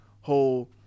whole